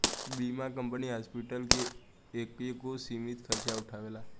बीमा company hospital के एगो सीमित खर्चा उठावेला